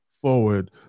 forward